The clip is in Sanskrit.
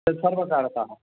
तद् सर्वकारतः